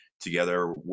together